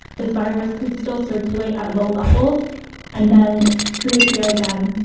this virus could still circulate at low levels and then reappear again,